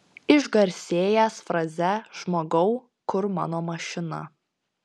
išgarsėjęs fraze žmogau kur mano mašina